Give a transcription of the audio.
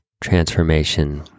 transformation